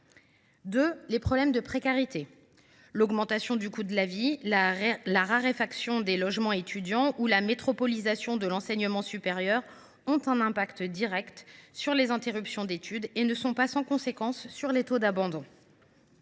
tient à la précarité. L’augmentation du coût de la vie, la raréfaction des logements étudiants ou la métropolisation de l’enseignement supérieur ont un impact direct sur les interruptions d’études et ne sont pas sans conséquence sur les taux d’abandon.